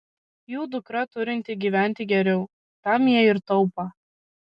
jų dukra turinti gyventi geriau tam jie ir taupą